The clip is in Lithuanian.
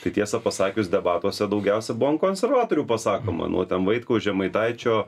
tai tiesą pasakius debatuose daugiausia buvo ant konservatorių pasakoma nuo ten vaitkaus žemaitaičio